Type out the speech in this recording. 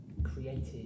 created